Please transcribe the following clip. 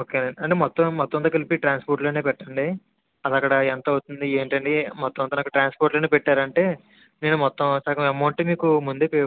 ఓకేనండి అంటే మొత్తం మొత్తం అంతా కలిపి ట్రాన్స్పోర్ట్లోనే పెట్టండి అదక్కడ ఎంత అవుతుంది ఏంటని మొత్తం అంతా అన్నీ ట్రాన్స్పోర్ట్లోనే పెట్టారంటే నేను మొత్తం సగం అమౌంట్ మీకు ముందే పే